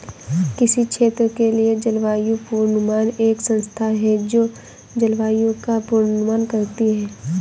किसी क्षेत्र के लिए जलवायु पूर्वानुमान एक संस्था है जो जलवायु का पूर्वानुमान करती है